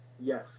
Yes